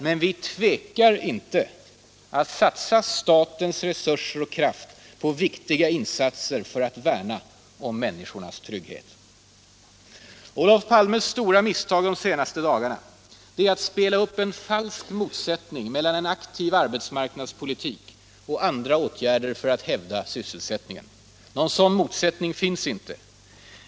Men vi tvekar inte att satsa statens resurser och krafter på viktiga insatser för att värna om människornas trygghet. Olof Palmes stora misstag de senaste dagarna har varit att spela upp en falsk motsättning mellan en aktiv arbetsmarknadspolitik och andra åtgärder för att hävda sysselsättningen. Någon sådan motsättning finns inte.